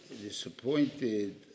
disappointed